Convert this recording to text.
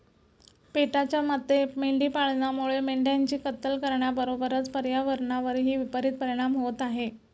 पेटाच्या मते मेंढी पालनामुळे मेंढ्यांची कत्तल करण्याबरोबरच पर्यावरणावरही विपरित परिणाम होत आहे